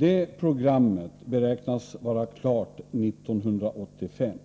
Det programmet beräknas vara klart 1985.